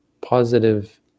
positive